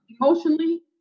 emotionally